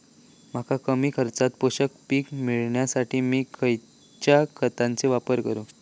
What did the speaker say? मका कमी खर्चात पोषक पीक मिळण्यासाठी मी खैयच्या खतांचो वापर करू?